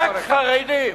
רק חרדים.